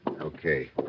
Okay